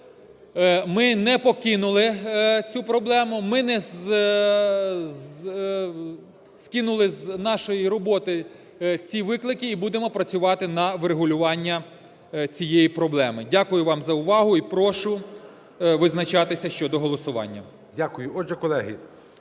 ми не покинули цю проблему, ми не скинули з нашої роботи ці виклики і будемо працювати на врегулювання цієї проблеми. Дякую вам за увагу і прошу визначатися щодо голосування.